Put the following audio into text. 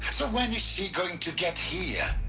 so when is she going to get here?